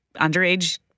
underage